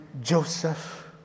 Joseph